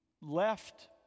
left